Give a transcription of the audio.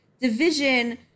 division